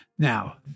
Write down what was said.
Now